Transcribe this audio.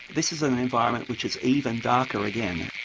this is an environment which is even darker again.